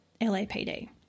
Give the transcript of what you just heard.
LAPD